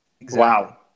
Wow